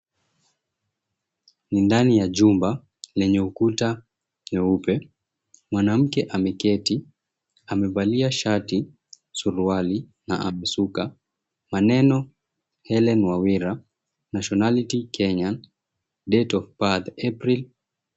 Ni ndani ya jumba lenye ukuta mweupe, mwanamke ameketi, amevalia shati na suruali na amesuka. Maneno, Hellen Nyawira, Nationality: Kenyan, Date of Birth: April.